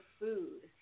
food